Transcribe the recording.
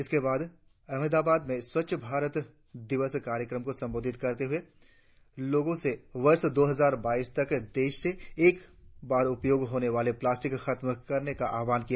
इसके बाद अहमदाबाद में स्वच्छ भारत दिवस कार्यक्रम को संबोधित करते हुए लोगों से वर्ष दो हजार बाईस तक देश से एक बार उपयोग होने वाली प्लास्टिक खत्म करने का आह्वान किया